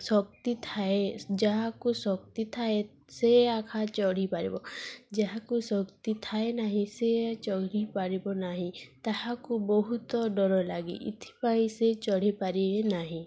ଶକ୍ତି ଥାଏ ଯାହାକୁ ଶକ୍ତି ଥାଏ ସେ ଏକା ଚଢ଼ିପାରିବ ଯାହାକୁ ଶକ୍ତି ଥାଏ ନାହିଁ ସେ ଚଢ଼ିପାରିବ ନାହିଁ ତାହାକୁ ବହୁତ ଡର ଲାଗେ ଏଇଥିପାଇଁ ସେ ଚଢ଼ିପାରିବେ ନାହିଁ